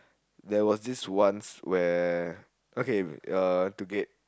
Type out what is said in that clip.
there was this once where okay uh to get